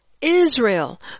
Israel